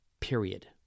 Period